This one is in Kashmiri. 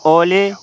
اولے